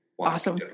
Awesome